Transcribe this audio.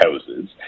houses